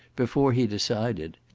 before he decided.